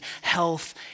health